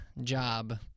job